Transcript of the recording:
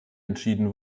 entschieden